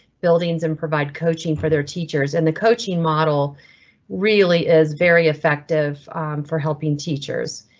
buildings and provide coaching for their teachers and the coaching model really is very effective for helping teachers.